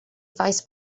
faes